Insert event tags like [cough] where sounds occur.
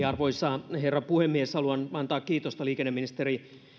[unintelligible] arvoisa herra puhemies haluan antaa kiitosta liikenneministeri